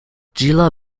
gila